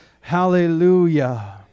hallelujah